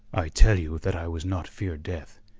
i tell you that i was not fear death,